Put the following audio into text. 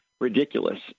Ridiculous